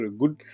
good